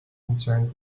concerned